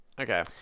okay